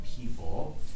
people